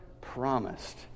promised